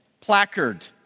placard